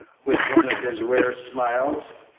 with one of his rare smiles,